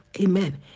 Amen